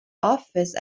office